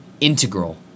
integral